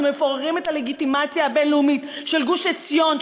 אנחנו מפוררים את הלגיטימציה הבין-לאומית של גוש-עציון,